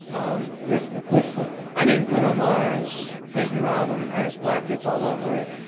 um list list some i mean, bruno mars his new album has blap kits all over it.